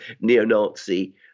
neo-Nazi